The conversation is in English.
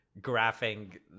graphing